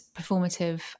performative